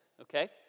okay